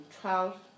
twelve